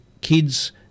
kids